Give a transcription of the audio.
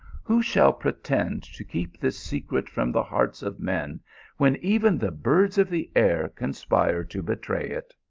who shall pretend to keep this secret from the hearts of men when even the birds of the air conspire to betray it?